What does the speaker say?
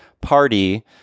party